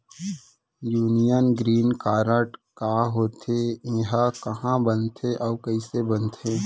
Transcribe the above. Union green card का होथे, एहा कहाँ बनथे अऊ कइसे बनथे?